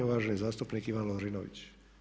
Uvaženi zastupnik Ivan Lovrinović.